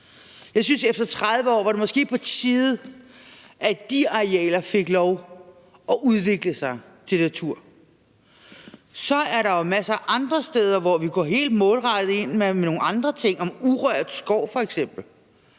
Jeg synes, at det efter 30 år efterhånden var på tide, at de arealer fik lov at udvikle sig til natur. Så er der jo masser af andre steder, hvor vi går helt målrettet ind med nogle andre ting, f.eks. med urørt skov. Det er